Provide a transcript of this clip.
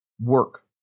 work